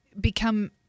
become